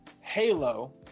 Halo